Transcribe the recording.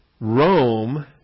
Rome